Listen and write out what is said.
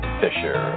fisher